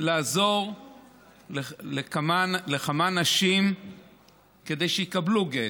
לעזור לכמה נשים כדי שיקבלו גט,